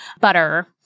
butter